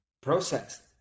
processed